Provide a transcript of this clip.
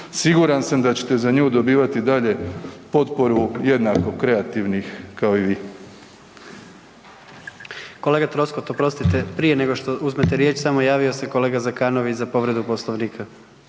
siguran sam da ćete za nju dobivati dalje potporu jednako kreativnih kao i vi. **Jandroković, Gordan (HDZ)** Kolega Troskot oprostite, prije nego što uzmete riječ samo se javio kolega Zekanović za povredu Poslovnika.